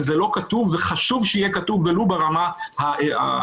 זה לא כתוב, וחשוב שיהיה כתוב, ולו ברמה ההצהרתית.